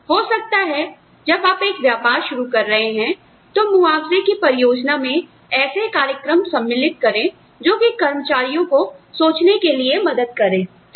तो हो सकता है जब आप एक व्यापार शुरू कर रहे हैं तो मुआवजे की परियोजना में ऐसे कार्यक्रम सम्मिलित करें जो कि कर्मचारियों को सोचने के लिए मदद करें